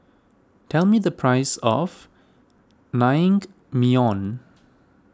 tell me the price of Naengmyeon